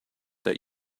that